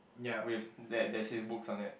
with that there's his books on it